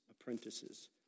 apprentices